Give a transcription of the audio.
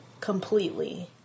completely